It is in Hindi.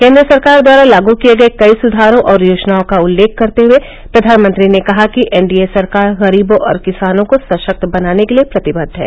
केन्द्र सरकार द्वारा लागू किए गए कई सुधारों और योजनाओं का उल्लेख करते हुए प्रधानमंत्री ने कहा कि एनडीए सरकार गरीबों और किसानों को सशक्त बनाने के लिए प्रतिबद्ध है